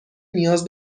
نیاز